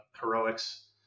heroics